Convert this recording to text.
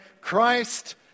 Christ